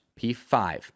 P5